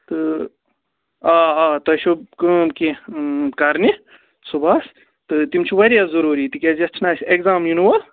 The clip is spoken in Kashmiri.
تہٕ آ آ تۄہہِ چھو کٲم کیٚنٛہہ کَرنہِ صُبحس تہٕ تِم چھِ واریاہ ضٔروٗری تِکیٛازِ یَتھ چھِنہ اَسہِ اٮ۪گزام یِنہٕ وول